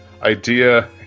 idea